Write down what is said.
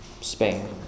Spain